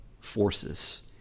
forces